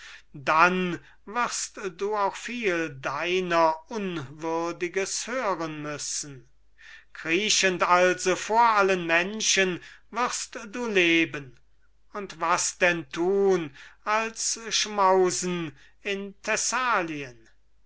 dann wirst du auch viel deiner unwürdiges hören müssen kriechend also vor allen menschen wirst du leben und was denn tun als schmausen in